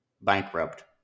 bankrupt